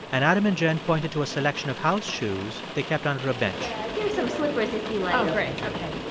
and adam and jen pointed to a selection of house shoes they kept under a bench and here's some slippers if you like. oh, great, ok. or